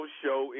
show